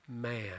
man